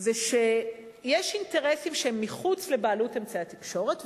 זה שיש אינטרסים שהם מחוץ לבעלות אמצעי התקשורת,